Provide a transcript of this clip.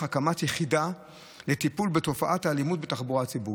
הקמת יחידה לטיפול בתופעת האלימות בתחבורה הציבורית.